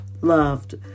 loved